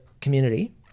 community